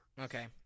Okay